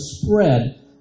spread